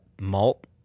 malt